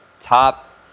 top